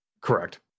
Correct